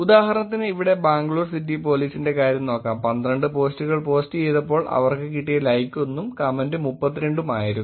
ഉദാഹരണത്തിന് ഇവിടെ ബാഗ്ലൂർ സിറ്റി പോലീസിന്റെ കാര്യം നോക്കാം 12 പോസ്റ്റുകൾ പോസ്റ്റ് ചെയ്തപ്പോൾ അവർക്ക് കിട്ടിയ ലൈക് 1 ഉം കമന്റ് 32 ഉം ആയിരുന്നു